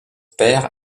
père